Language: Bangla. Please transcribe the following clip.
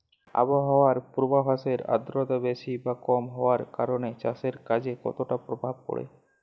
আবহাওয়ার পূর্বাভাসে আর্দ্রতা বেশি বা কম হওয়ার কারণে চাষের কাজে কতটা প্রভাব পড়ে?